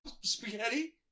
spaghetti